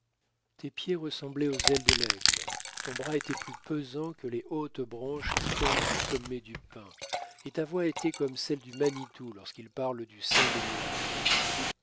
tes pieds ressemblaient aux ailes de l'aigle ton bras était plus pesant que les hautes branches qui tombent du sommet du pin et ta voix était comme celle du manitou lorsqu'il parle du sein des nuages